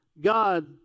God